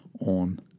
on